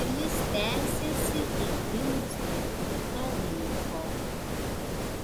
ir jis tęsėsi iki nustatyto laiko